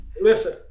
listen